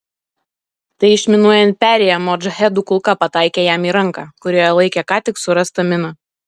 tai išminuojant perėją modžahedų kulka pataikė jam į ranką kurioje laikė ką tik surastą miną